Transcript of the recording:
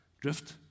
drift